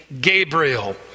Gabriel